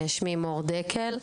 שמי מור דקל,